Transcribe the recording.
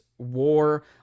war